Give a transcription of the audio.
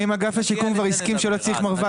אם אגף השיקום כבר הסכים שלא צריך מרב"ד